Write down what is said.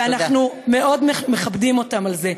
ואנחנו מאוד מכבדים אותם על זה.